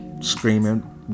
screaming